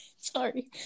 Sorry